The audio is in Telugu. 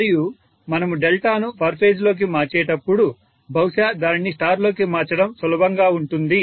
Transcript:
మరియు మనము డెల్టాను పర్ ఫేజ్ లోకి మార్చేటప్పుడు బహుశా దానిని స్టార్ లోకి మార్చడం సులభంగా ఉంటుంది